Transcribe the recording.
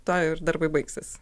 to ir darbai baigsis